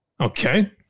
Okay